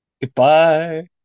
Goodbye